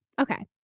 okay